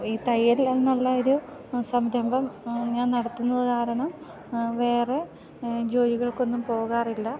ഈ തയ്യൽ എന്നുള്ളൊരു സംരംഭം ഞാൻ നടത്തുന്നത് കാരണം വേറെ ജോലികൾക്കൊന്നും പോകാറില്ല